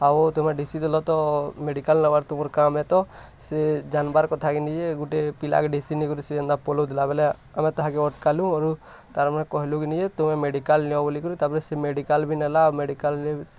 ଆଉ ତମେ ଢିସି ଦେଲ ତ ମେଡ଼ିକାଲ୍ ନବାର୍ ତମର୍ କାମ୍ ହେତ ସେ ଜାନବାର୍ କଥା କିନି ଯେ ଗୁଟେ ପିଲା କେ ଢିସି ନେଇ କରି ସେ ଯେନ୍ତା ପଲଉଥିଲା ବେଲେ ଆମେ ତାହାକେ ଅଟକାଲୁ ଅରୁ ତାର୍ ମାନେ କହିଲୁ କିନୁ ଯେ ତୁମେ ମେଡ଼ିକାଲ୍ ନିଅ ବୋଲିକିରି ତା'ପରେ ସିଏ ମେଡ଼ିକାଲ୍ ବି ନେଲା ଆର୍ ମେଡ଼ିକାଲ୍ରେ